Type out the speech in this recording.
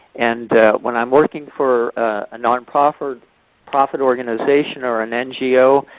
and when i'm working for a nonprofit nonprofit organization, or an ngo,